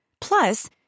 Plus